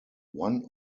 one